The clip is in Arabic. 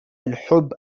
الحب